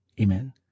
Amen